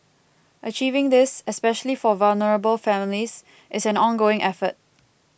achieving this especially for vulnerable families is an ongoing effort